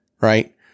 right